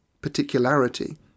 particularity